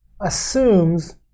assumes